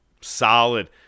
Solid